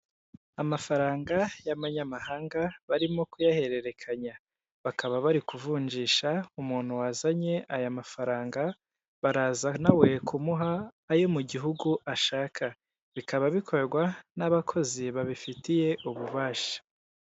Amafaranga y'amanyamahanga, barimo kuyahererekanya, bakaba bari kuvunjisha, umuntu wazanye aya mafaranga, baraza na we kumuha ayo mu gihugu ashaka, bikaba bikorwa n'abakozi babifitiye ububasha.